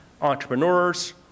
entrepreneurs